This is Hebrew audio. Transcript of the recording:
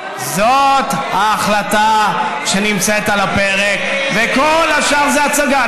זאת ההחלטה שנמצאת על הפרק, וכל השאר זה הצגה.